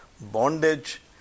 bondage